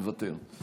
מוותר,